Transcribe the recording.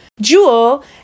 Jewel